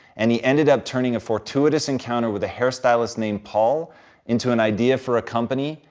and he ended up turning a fortuitous encounter with a hair stylist named paul into an idea for a company,